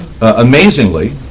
amazingly